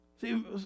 See